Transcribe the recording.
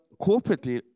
corporately